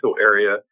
area